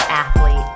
athlete